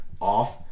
off